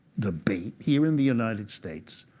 debate here in the united states,